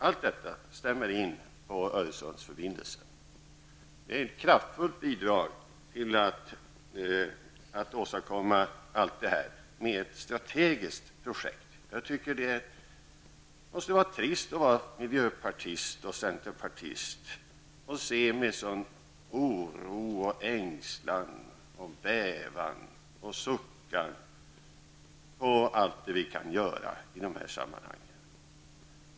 Allt detta stämmer in på Öresundsförbindelsen. Detta är ett strategiskt projekt och ett kraftfullt bidrag till att åstadkomma allt detta. Det måste vara trist att vara miljöpartist och centerpartist och se med en sådan oro, ängslan, bävan och suckar på allt det vi kan göra i dessa sammanhang.